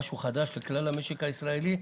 משהו חדש לכלל המשק הישראלי.